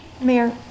Mayor